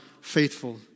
faithful